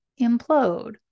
implode